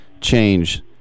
change